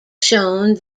shown